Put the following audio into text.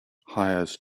hires